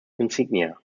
insignia